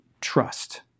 trust